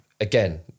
again